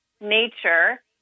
nature